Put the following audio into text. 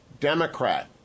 Democrat